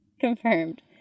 Confirmed